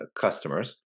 customers